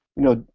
you know,